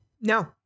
No